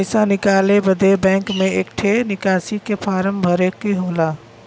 पइसा निकाले बदे बैंक मे एक ठे निकासी के फारम भरे के होला